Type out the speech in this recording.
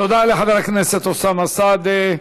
תודה לחבר הכנסת אוסאמה סעדי.